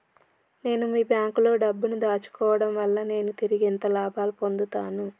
నేను మీ బ్యాంకులో డబ్బు ను దాచుకోవటం వల్ల నేను తిరిగి ఎంత లాభాలు పొందుతాను?